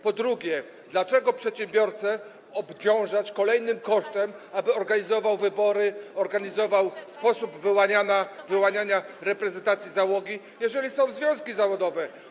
Po drugie, dlaczego przedsiębiorcę obciążać kolejnym kosztem, aby organizował wybory, organizował sposób wyłaniania reprezentacji załogi, jeżeli są związki zawodowe?